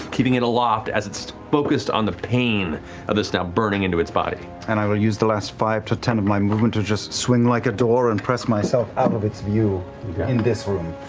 keeping it aloft as it's focused on the pain of that's now burning into its body. liam and i will use the last five to ten of my movement to just swing like a door and press myself out of its view in this room.